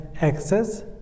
access